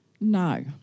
no